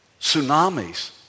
tsunamis